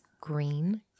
green